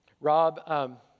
Rob